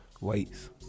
Weights